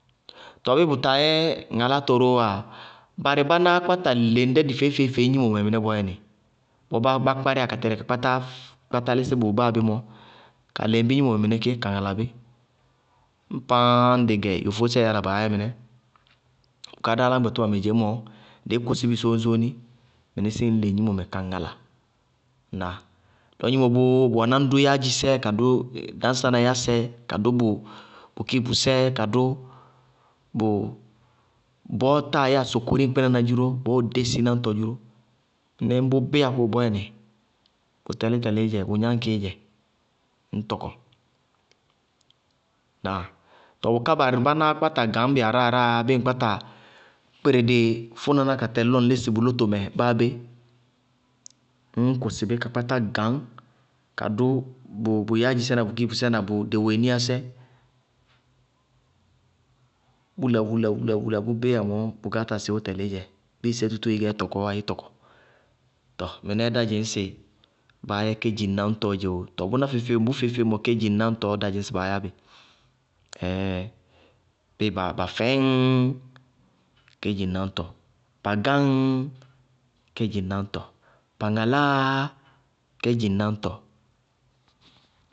Tɔɔ bɩɩ bʋ taa yɛ ŋarátɔɔwáa, barɩ bánáá kpáta leŋ dɛ dɩ feé-feé gnimomɛ mɩnɛ bɔɔyɛ nɩ, bɔɔ bá kpárɩya ka tɛlɩ kpátá lɩsɩ bʋ báa bé mɔ, ka leŋ bɩ gnimomɛ mɩnɛ ké ka ŋala bɩ. Ñŋ páááñ ñŋ dɩ gɛ, yofósɛɛ yála baá yɛ mɩnɛ. Bʋká dá áláñgbɩtʋba mɛ dzeémɔ, dɩɩ kʋsɩ bɩ sóñsóóni, mɩnɩsɩɩ ñ leŋ gnimomɛ ka ŋala. Ŋnáa? Lɔ gnimo bʋ, bʋwɛná ñ dʋ yáádjisɛ kadʋ dañsá na yásɛ kadʋ bʋ kiipusɛ, kadʋ bʋ bɔɔ táa yáa sokoriŋɛ kpɩnaná dziró, bɔɔɔ dési náŋtɔ dziró. Mɩnɩɩ bʋ bɩyá kóo bɔɔyɛ nɩ, bʋ tɛlɩ tɛlɩɩ dzɛ, ññ tɔkɔ. Tɔɔ bʋká barɩ bánáá kpáta gañ bɩ aráa aráaá yá bɩɩ ŋ kpáta kpɩrɩ dɩ fʋnaná ka tɛlɩ lɔ ŋ lɩsɩ dɩ lótomɛ báa bé, ññ kʋsɩ bɩ ka kpátá gañ, kadʋ bʋ yáádjisɛ na bʋ kiipusɛ na bʋ deweeniyásɛ, bʋʋ lala wula-wala-wula, bʋ bɩyá mɔɔ bʋkááta sɩwʋ tɛlɩɩ dzɛ bɩɩ sé tútúú ɩɩgɛ ɩ tɔkɔɔwá, ɩɩ tɔkɔ. Tɔɔ mɩnɛɛ dá dzɩñŋsɩ baá yɛ kédziŋnáñtɔɔ dzɛ ee. Tɔɔ bʋná feé-feé bʋ feé-feé mɔ, kédziŋnáñtɔɔ dá dzɩñŋsɩ baá yá bɩ. bɩɩ ba fɛñŋŋ, kédziŋnáñtɔ, ba gáŋññ, kédziŋnáñtɔ, ba ŋaláaá, kédziŋnáñtɔ.